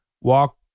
walk